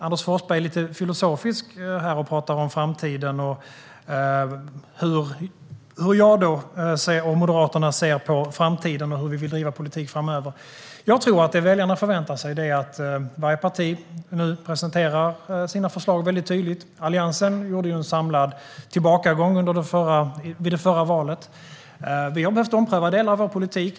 Anders Forsberg blir lite filosofisk och talar om framtiden. Han undrar hur jag och Moderaterna ser på framtiden och hur vi vill driva politik framöver. Jag tror att det väljarna förväntar sig är att varje parti nu presenterar sina förslag tydligt. Alliansen gjorde en samlad tillbakagång vid det förra valet. Vi har behövt ompröva delar av vår politik.